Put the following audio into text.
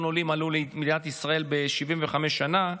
עולים עלו למדינת ישראל ב-75 שנה,